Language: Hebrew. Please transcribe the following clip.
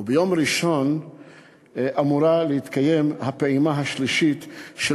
וביום ראשון אמורה להתקיים הפעימה השלישית של